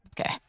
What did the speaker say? Okay